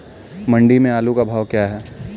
मंडी में आलू का भाव क्या है?